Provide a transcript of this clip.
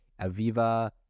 Aviva